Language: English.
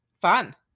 fun